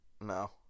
No